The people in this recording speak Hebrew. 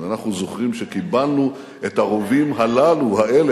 אז אנחנו זוכרים שקיבלנו את הרובים האלה,